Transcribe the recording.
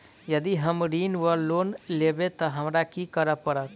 यदि हम ऋण वा लोन लेबै तऽ हमरा की करऽ पड़त?